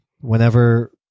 whenever